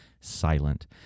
Silent